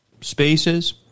spaces